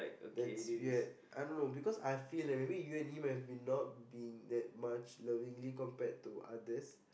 that's weird I don't know because I feel that maybe you and him have been not been that much lovingly compared to others